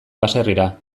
baserrira